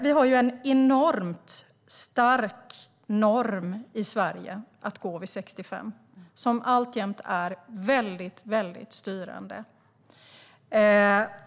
Vi har ju en enormt stark norm i Sverige att gå vid 65 som alltjämt är väldigt styrande.